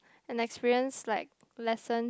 and experience like lesson